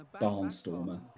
barnstormer